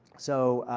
so,